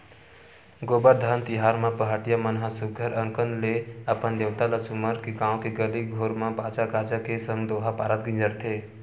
गोबरधन तिहार म पहाटिया मन ह सुग्घर अंकन ले अपन देवता ल सुमर के गाँव के गली घोर म बाजा गाजा के संग दोहा पारत गिंजरथे